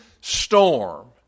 storm